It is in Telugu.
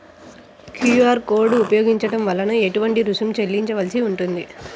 క్యూ.అర్ కోడ్ ఉపయోగించటం వలన ఏటువంటి రుసుం చెల్లించవలసి ఉంటుంది?